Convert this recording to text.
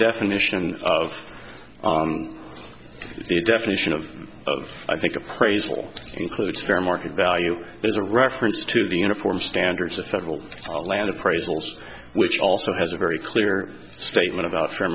definition of the definition of of i think appraisal includes fair market value is a reference to the uniform standards of federal land appraisals which also has a very clear statement about fair